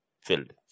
Filled